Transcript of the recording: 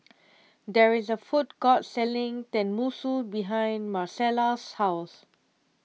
there is a food court selling Tenmusu behind Marcela's house